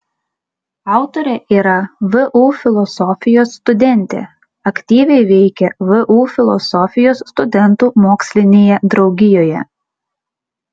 autorė yra vu filosofijos studentė aktyviai veikia vu filosofijos studentų mokslinėje draugijoje